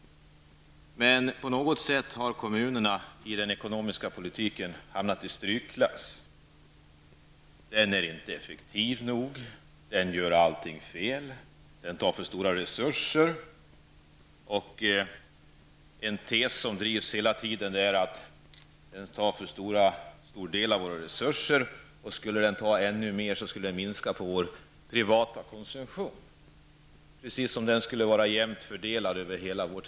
Men på något sätt har kommunerna hamnat i strykklass när det gäller den ekonomiska politiken. Kommunerna är inte effektiva nog och gör allting fel. Kommunerna tar för stora resurser i anspråk. En tes som hela tiden drivs är att kommunerna kräver alltför stor del av våra samlade resurser. Om kommunerna krävde ännu mera, skulle det innebära att den privata konsumtionen skulle få minska -- precis som om det skulle vara fråga om en jämn fördelning över hela riket.